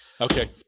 Okay